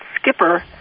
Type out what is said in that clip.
Skipper